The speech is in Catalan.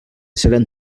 seran